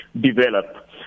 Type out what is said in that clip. develop